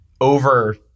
over